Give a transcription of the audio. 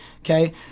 okay